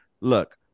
Look